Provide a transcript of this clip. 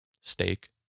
Steak